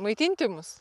maitinti mus